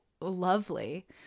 lovely